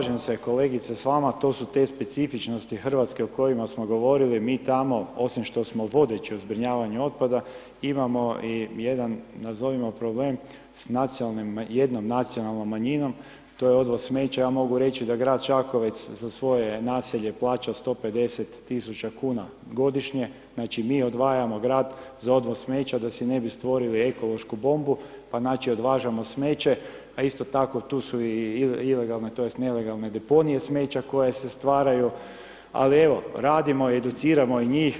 Pa da evo slažem se kolegice s vama to su te specifičnosti Hrvatske o kojima smo govorili mi tamo osim što smo vodeći u zbrinjavanju otpada imamo i jedan nazovimo problem s nacionalnim, jednom nacionalnom manjinom to je odvoz smeća ja mogu reći da grad Čakovec za svoje naselje plaća 150.000 kuna godišnje, znači mi odvajamo grad za odvoz smeća da si ne bi stvorili ekološku bombu, pa znači odvažamo smeće, a isto tako tu su i ilegalna tj. nelegalne deponije smeća koje se stvaraju, ali evo radimo educiramo i njih.